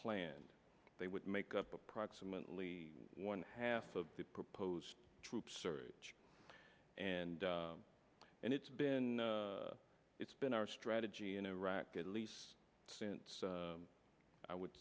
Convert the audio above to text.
planned they would make up approximately one half of the proposed troop surge and and it's been it's been our strategy in iraq at least since i would